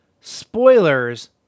Spoilers